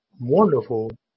wonderful